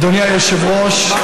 אדוני היושב-ראש,